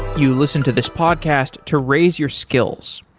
you listen to this podcast to raise your skills.